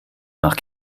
nach